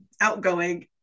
outgoing